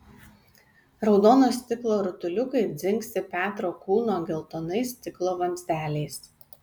raudono stiklo rutuliukai dzingsi petro kūno geltonais stiklo vamzdeliais